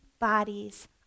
bodies